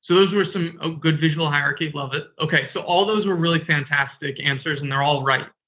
those were some. oh, good visual hierarchy. love it. okay. so, all those were really fantastic answers, and they're all right.